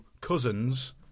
cousins